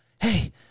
hey